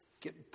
get